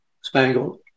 Spangled